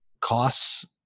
costs